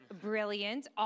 brilliant